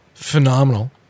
phenomenal